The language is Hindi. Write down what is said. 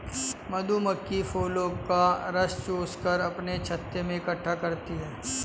मधुमक्खी फूलों का रस चूस कर अपने छत्ते में इकट्ठा करती हैं